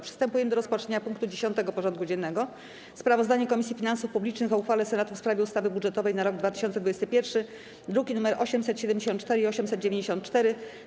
Przystępujemy do rozpatrzenia punktu 10. porządku dziennego: Sprawozdanie Komisji Finansów Publicznych o uchwale Senatu w sprawie ustawy budżetowej na rok 2021 (druki nr 874 i 894)